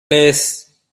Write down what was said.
place